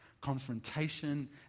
confrontation